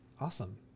Awesome